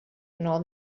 nor